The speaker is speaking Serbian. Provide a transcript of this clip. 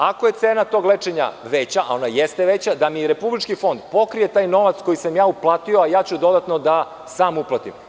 Ako je cena tog lečenja veća, a ona jeste veća, da mi Republički fond pokrije taj novac koji sam ja uplatio, a ja ću dodatno da sam uplatim.